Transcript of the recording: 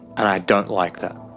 and i don't like that.